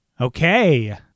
okay